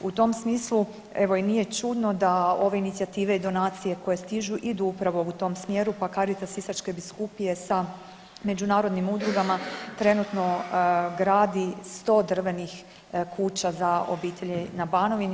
U tom smislu evo i nije čudno da ove inicijative i donacije koje stižu idu upravo u tom smjeru, pa Caritas Sisačke biskupije sa međunarodnim udrugama trenutno gradi 100 drvenih kuća za obitelji na Banovini.